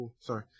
sorry